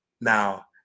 Now